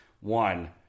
One